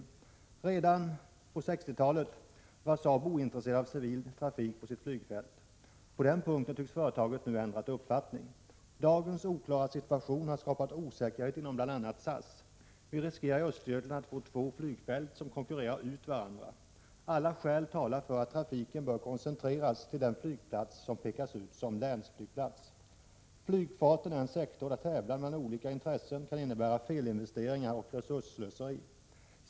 Tidigare — redan på 1960-talet — var Saab ointresserat av civil trafik på sitt flygfält. På denna punkt tycks företaget nu ha ändrat uppfattning. Dagens oklara situation har skapat osäkerhet inom bl.a. SAS. Vi riskerar i Östergötland att få två flygfält som konkurrerar ut varandra. Alla skäl talar för att trafiken bör koncentreras till den flygplats som pekats ut som länsflygplats. Flygfarten är en sektor där tävlan mellan olika intressen kan innebära felinvesteringar och resursslöseri.